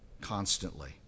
constantly